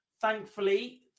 thankfully